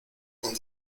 con